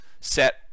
set